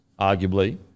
arguably